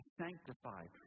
sanctified